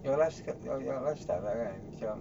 your life~ lifestyle lah kan macam